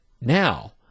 now